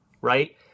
right